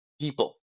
people